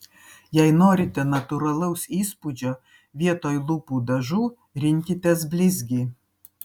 jei norite natūralaus įspūdžio vietoj lūpų dažų rinkitės blizgį